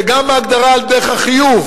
וגם הגדרה על דרך החיוב,